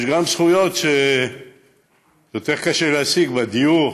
יש גם זכויות שיותר קשה להשיג, בדיור,